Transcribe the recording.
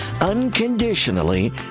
unconditionally